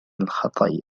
الخطأ